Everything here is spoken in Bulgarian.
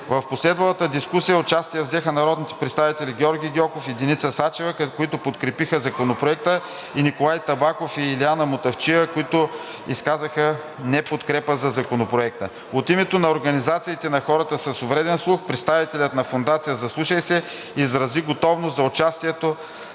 В последвалата дискусия участие взеха народните представители Георги Гьоков и Деница Сачева, които подкрепиха Законопроекта, и Николай Табаков и Илина Мутафчиева, които изказаха неподкрепа за Законопроекта. От името на организациите на хора с увреден слух представителят на фондация „Заслушай се“ изрази готовност за участието